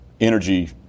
energy